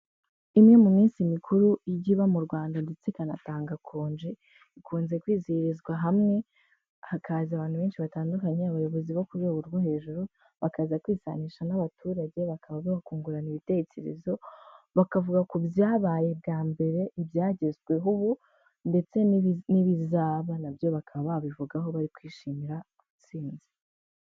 Imwe mu minsi mikuru ijya iba mu Rwanda ndetse ikanatanga konji, ikunze kwizihirizwa hamwe hakaza abantu benshi batandukanye, abayobozi bo ku rwego rwo hejuru bakaza kwisanisha n'abaturage, bakaba bakungurana ibitekerezo, bakavuga ku byabaye bwa mbere, ibyagezweho ubu, ndetse n'ibizaba na byo bakaba babivugaho bari kwishimira intsinzi.